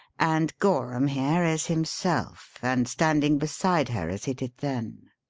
and gorham here is himself, and standing beside her as he did then.